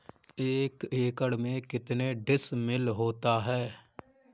एक एकड़ में कितने डिसमिल होता है?